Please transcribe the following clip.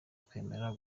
twemera